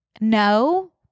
No